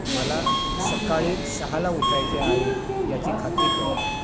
मला सकाळी सहाला उठायचे आहे याची खात्री कर